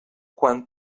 quan